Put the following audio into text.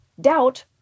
doubt